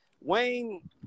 Wayne